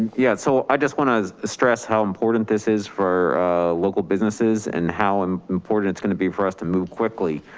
yeah, so i just wanna stress how important this is for local businesses and how and important it's gonna be for us to move quickly.